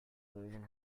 version